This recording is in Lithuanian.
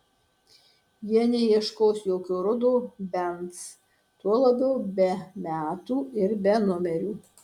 jie neieškos jokio rudo benz tuo labiau be metų ir be numerių